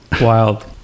Wild